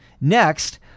Next